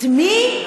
את מי?